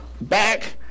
back